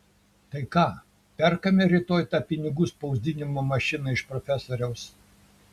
tai ką perkame rytoj tą pinigų spausdinimo mašiną iš profesoriaus